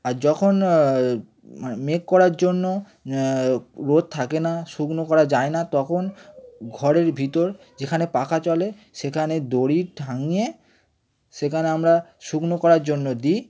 আর যখন মেঘ করার জন্য রোদ থাকে না শুকনো করা যায় না তখন ঘরের ভিতর যেখানে পাখা চলে সেখানে দড়ি টাঙিয়ে সেখানে আমরা শুকনো করার জন্য দিই